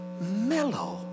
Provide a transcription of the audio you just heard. mellow